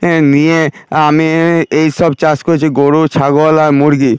হ্যাঁ নিয়ে আমি এই সব চাষ করেছি গরু ছাগল আর মুরগি